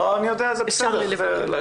זה בסדר.